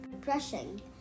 brushing